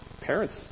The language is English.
parents